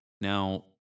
Now